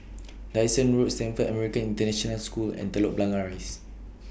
Dyson Road Stamford American International School and Telok Blangah Rise